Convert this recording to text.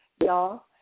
y'all